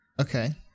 okay